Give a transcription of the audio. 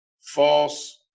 false